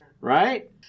right